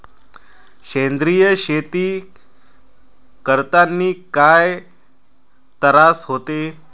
सेंद्रिय शेती करतांनी काय तरास होते?